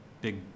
big